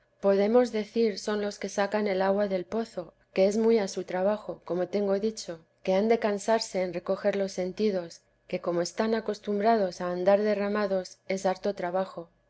podemos decir son los que sacan el agua del pozo que es muy a su trabajo como tengo dicho que han de cansarse en recoger los sentidos que como están acostumbrados a andar derramados es harto trabajo